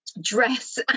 dress